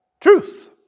truth